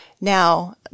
now